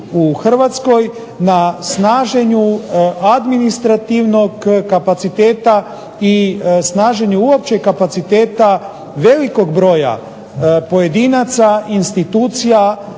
u Hrvatskoj, na snaženju administrativnog kapaciteta i snaženju uopće kapaciteta velikog broja pojedinaca, institucija